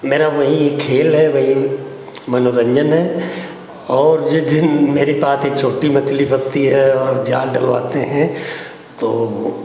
मेरा वही खेल है वही मनोरन्जन है और जिन जिन मेरे पास एक छोटी मछली फँसती है और जाल डलवाते हैं तो वह